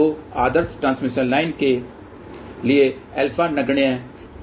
तो आदर्श transmission line के लिए α नगण्य या α 0 होगा